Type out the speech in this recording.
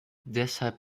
deshalb